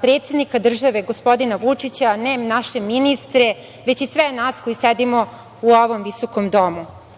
predsednika države, gospodina Vučića, ne naše ministre, već i sve nas koji sedimo u ovom visokom domu. Ja,